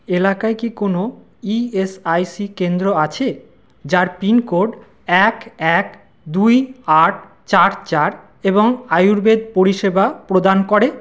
এলাকায় কি কোনও ইএসআইসি কেন্দ্র আছে যার পিনকোড এক এক দুই আট চার চার এবং আয়ুর্বেদ পরিষেবা প্রদান করে